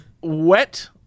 wet